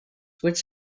which